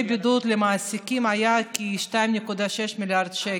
הבידוד למעסיקים היה כ-2.6 מיליארד שקל,